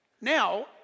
now